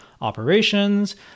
operations